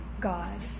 God